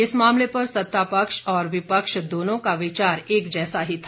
इस मामले पर सत्तापक्ष व विपक्ष दोनों का विचार एक जैसा ही था